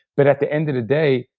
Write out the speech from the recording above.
but at the end of the day,